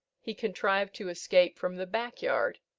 he contrived to escape from the back-yard,